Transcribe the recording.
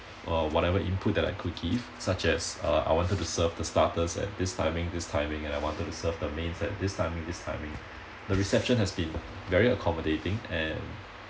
or whatever input that like cookies such as uh I wanted to serve the starters at this timing this timing and I wanted to serve the mains at this timing this timing the reception has been very accommodating and